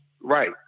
right